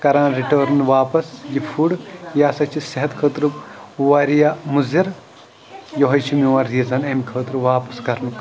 کَران رِٹٲرٕن واپَس یہِ فُڈ یہِ ہَسا چھِ صحتہٕ خٲطرٕ وارِیاہ مُضِر یِہوے چھُ میون ریٖزَن اَمہِ خٲطرٕ واپَس کَرنُک